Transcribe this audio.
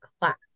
class